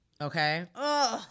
okay